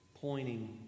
pointing